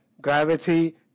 gravity